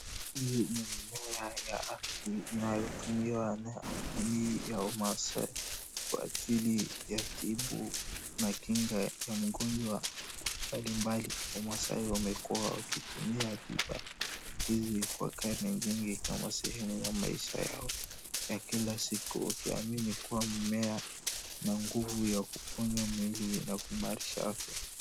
Hii ni mimea ya asili inayotumiwa na jamii ya umaasai kwa ajili ya tibu na kinga ya magonjwa mablimbali, wamaasai wamekuwa wakitumia tiba hizi kwa karne nyingi kama sehemu ya maisha yao ya kila siku wakiamini kuwa mimea ina nguvu ya kuponya mwili na kuimarisha afya.